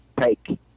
take